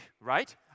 right